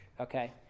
okay